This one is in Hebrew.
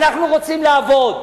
אנחנו רוצים לעבוד.